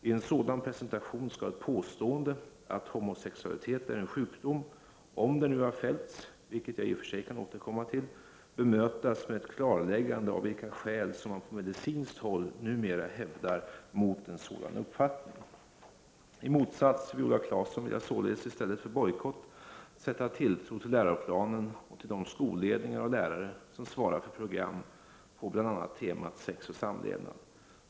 I en sådan presentation skall ett påstående att homosexualitet är en sjukdom — om det nu har fällts, vilket jag kan återkomma till — bemötas med ett klarläggande av vilka skäl som man på medicinskt håll numera hävdar mot en sådan uppfattning. I motsats till Viola Claesson vill jag således i stället för bojkott sätta tilltro till läroplanen och till de skolledningar och lärare som svarar för program på bl.a. temat sex och samlevnad.